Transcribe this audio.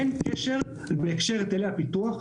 אין קשר בהקשר היטלי הפיתוח,